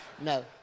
No